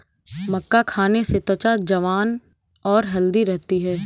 मक्का खाने से त्वचा जवान और हैल्दी रहती है